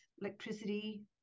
electricity